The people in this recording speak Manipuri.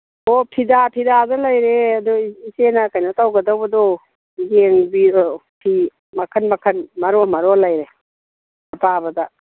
ꯑꯣ ꯐꯤꯗꯥ ꯐꯤꯗꯥꯗ ꯂꯩꯔꯦ ꯑꯗꯨ ꯏꯆꯦꯅ ꯀꯩꯅꯣ ꯇꯧꯒꯗꯧꯕꯗꯣ ꯌꯦꯡꯕꯤꯔꯣ ꯐꯤ ꯃꯈꯟ ꯃꯈꯟ ꯃꯔꯣꯟ ꯃꯔꯣꯟ ꯂꯩꯔꯦ ꯑꯄꯥꯕꯗ